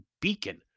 Beacon